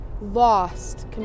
lost